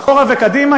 אחורה וקדימה,